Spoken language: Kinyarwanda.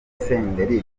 senderi